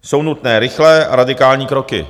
Jsou nutné rychlé a radikální kroky.